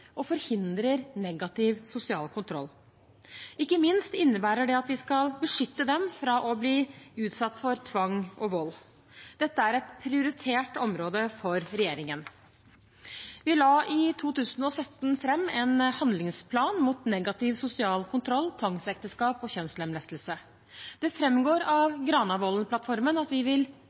og forhindrer negativ sosial kontroll. Ikke minst innebærer det at vi skal beskytte dem fra å bli utsatt for tvang og vold. Dette er et prioritert område for regjeringen. Vi la i 2017 fram en handlingsplan mot negativ sosial kontroll, tvangsekteskap og kjønnslemlestelse. Det framgår av Granavolden-plattformen at vi vil